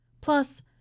Plus